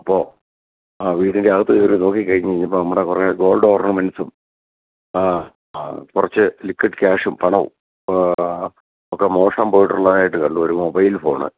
അപ്പോൾ അ വീടിൻ്റെ അകത്തുകയറി നോക്കി കഴിഞ്ഞ് കഴിഞ്ഞപ്പോൾ നമ്മുടെ കുറേ ഗോൾഡ് ഓർണമെൻറ്റ്സും ആ ആ കുറച്ച് ലിക്വിഡ് ക്യാഷും പണവും ഒക്കെ മോഷണം പോയിട്ടുള്ളതായിട്ട് കണ്ടു ഒരു മൊബൈൽ ഫോണ്